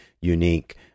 unique